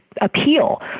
appeal